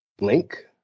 link